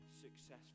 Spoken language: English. successful